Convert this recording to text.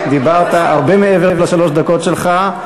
דיברת הרבה מעבר לשלוש דקות שלך.